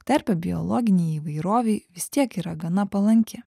terpė biologinei įvairovei vis tiek yra gana palanki